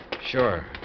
Sure